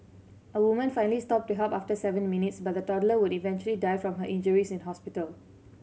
a woman finally stopped to help after seven minutes but the toddler would eventually die from her injuries in hospital